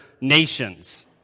nations